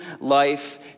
life